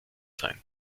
sein